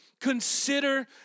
Consider